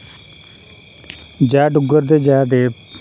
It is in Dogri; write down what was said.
जै डुग्गर ते जै देव